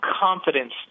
confidence